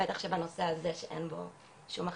בטח שבנושא הזה, שאין בו שום הכשרה.